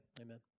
Amen